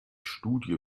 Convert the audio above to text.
studie